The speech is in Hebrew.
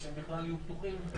שהם בכלל יהיו פתוחים בכל הארץ.